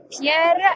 Pierre